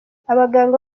abaganga